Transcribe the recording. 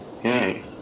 Hey